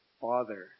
Father